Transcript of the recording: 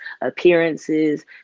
appearances